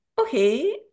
Okay